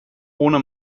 ohne